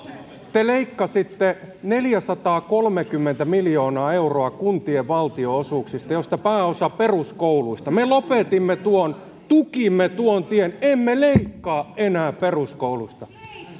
te leikkasitte neljäsataakolmekymmentä miljoonaa euroa kuntien valtionosuuksista josta pääosa peruskouluista me lopetimme tuon tukimme tuon tien emme leikkaa enää peruskoulusta